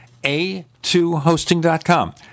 a2hosting.com